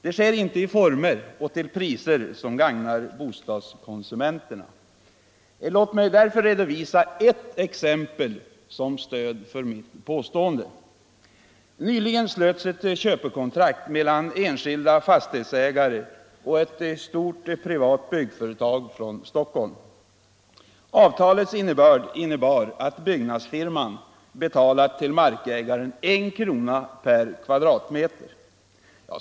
Det sker inte i former och till priser som gagnar bostadskonsumenterna. Låt mig redovisa ett exempel som stöd för mitt påstående. Nyligen slöts ett köpekontrakt mellan enskilda fastighetsägare och ett stort privat byggföretag från Stockholm. Avtalets innebörd är att byggnadsfirman till markägaren betalar 1 krona per m”.